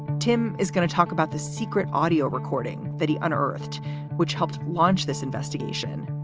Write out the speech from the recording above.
tim is going to talk about the secret audio recording that he unearthed which helped launch this investigation.